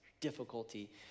difficulty